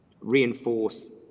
reinforce